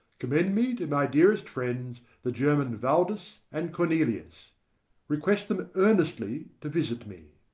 commend me to my dearest friends, the german valdes and cornelius request them earnestly to visit me.